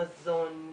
מזון,